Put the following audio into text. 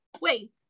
Wait